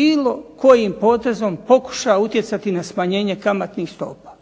bilo kojim potezom pokuša utjecati na smanjenje kamatnih stopa.